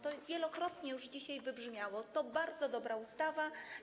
To wielokrotnie już dzisiaj wybrzmiało: to bardzo dobra ustawa.